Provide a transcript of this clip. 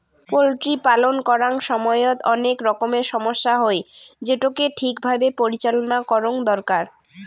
poultry পালন করাং সমইত অনেক রকমের সমস্যা হই, যেটোকে ঠিক ভাবে পরিচালনা করঙ দরকার